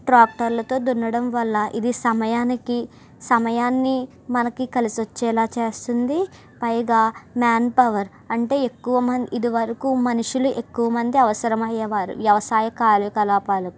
ట్రాక్టర్లతో దున్నడం వల్ల ఇది సమయానికి సమయాన్ని మనకి కలిసి వచ్చేలా చేస్తుంది పైగా మ్యాన్ పవర్ అంటే ఎక్కువ మన్ ఇది వరకూ మనుషులు ఎక్కువ మంది అవసరమయ్యే వారు వ్యవసాయ కార్యకలాపాలకు